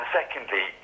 secondly